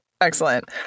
Excellent